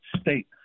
state